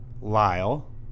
Lyle